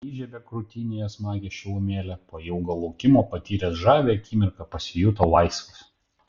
įžiebė krūtinėje smagią šilumėlę po ilgo laukimo patyręs žavią akimirką pasijuto laisvas